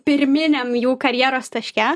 pirminiam jų karjeros taške